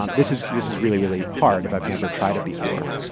um this is this is really, really hard if i've never tried it before.